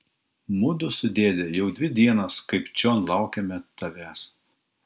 mudu su dėde jau dvi dienos kaip čion laukiame tavęs